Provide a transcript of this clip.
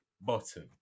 bottom